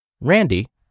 Randy